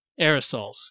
aerosols